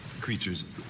creatures